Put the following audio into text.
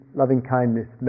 loving-kindness